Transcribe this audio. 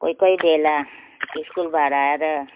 कोही कोही बेला स्कुलबाट आएर